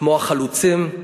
כמו החלוצים,